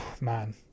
man